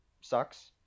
sucks